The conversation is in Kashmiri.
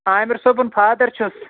عامِر صٲبُن فادر چھُس